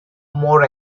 more